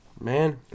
Man